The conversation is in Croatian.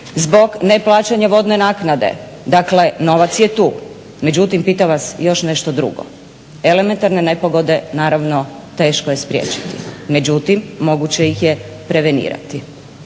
zbog neplaćanja vodne naknade, dakle, novac je tu. Međutim pitam vas još nešto drugo, elementarne nepogode, naravno teško je spriječiti, međutim moguće ih je prevenirati.